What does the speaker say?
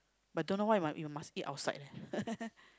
but don't know why must you must eat outside leh